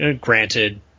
Granted